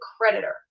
creditor